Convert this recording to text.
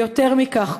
ויותר מכך,